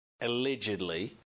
allegedly